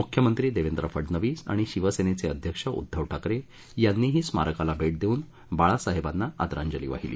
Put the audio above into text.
मुख्यमंत्री देवेंद्र फडनवीस आणि शिवसेनेचे अध्यक्ष उद्दव ठाकरे यांनही स्मारकाला भेट देऊन बाळासाहेबांना आदरांजली वाहिली